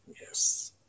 Yes